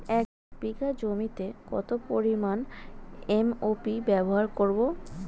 এক বিঘা জমিতে কত পরিমান এম.ও.পি ব্যবহার করব?